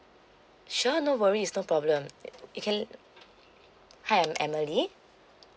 sure no worries no problem you can hi I'm emily